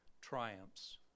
triumphs